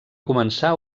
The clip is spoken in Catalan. començar